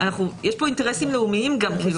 יש פה אינטרסים לאומיים גם.